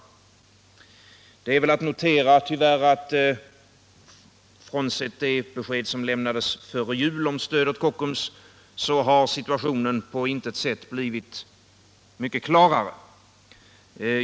Det är väl tyvärr att notera — frånsett det besked som lämnades före jul om stöd åt Kockums -— att situationen inte blivit särskilt mycket klarare.